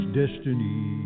destiny